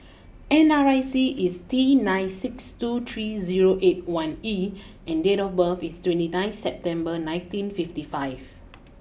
N R I C is T nine six two three zero eight one E and date of birth is twenty September nineteen fifty five